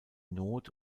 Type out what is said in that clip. not